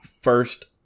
first